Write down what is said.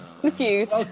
confused